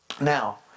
Now